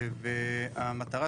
המטרה,